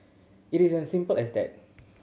it is as simple as that